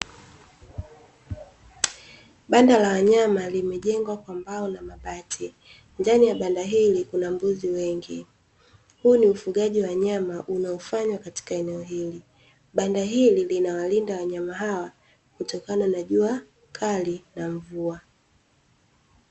Banda la wanyama limejengwa kwa mbao na mabati, ndani ya banda hili kuna mbuzi wengi. Huu ni ufugaji wa wanyama unaofanywa katika eneo hili. Banda hili linawalinda wanyama hawa, kutokana na jua kali na mvua.